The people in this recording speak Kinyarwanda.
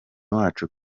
wacu